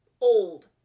old